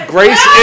Grace